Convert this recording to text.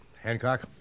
Hancock